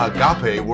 Agape